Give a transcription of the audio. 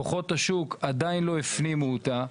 כוחות השוק עדיין לא הפנימו אותה.